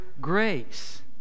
grace